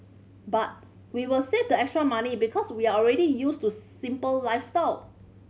but we will save the extra money because we are already used to simple lifestyle